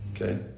Okay